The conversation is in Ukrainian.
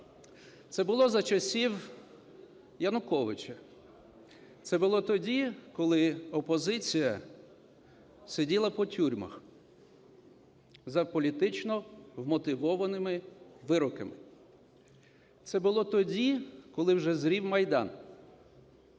Це було за часів Януковича. Це було тоді, коли опозиція сиділа по тюрмах за політично вмотивованими вироками. Це було тоді, коли вже зрів Майдан.